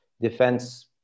defense